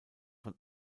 von